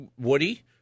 Woody